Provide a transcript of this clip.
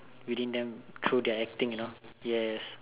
within them through their acting you know yes